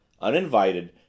Uninvited